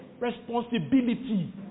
responsibility